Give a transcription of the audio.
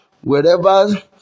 wherever